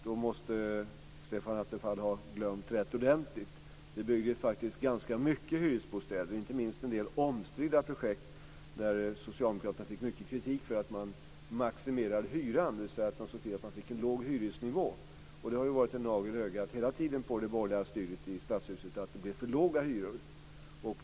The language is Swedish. Då måste Stefan Attefall ha glömt rätt ordentligt. Det byggdes faktiskt ganska mycket hyresbostäder. Det var inte minst en del omstridda projekt där socialdemokraterna fick mycket kritik för att man maximerade hyran, dvs. att man såg till att man fick en låg hyresnivå. Det har hela tiden varit en nagel i ögat det borgerliga styret i Stadshuset att det blev för låga hyror.